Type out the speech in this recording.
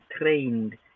trained